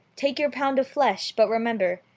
take your pound of flesh, but remember,